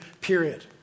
period